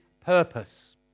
purpose